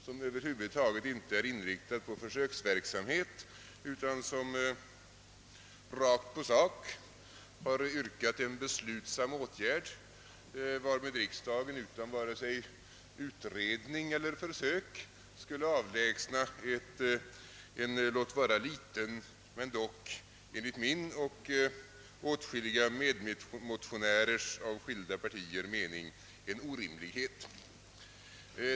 Den är över huvud taget inte inriktad på försöksverksamhet, utan den har rakt på sak yrkat på en beslutsam åtgärd, varmed riksdagen utan vare sig utredning eller försök skulle avlägsna en — låt vara liten men dock enligt min och åtskilliga medmotionärers av skilda partier mening -— orimlighet.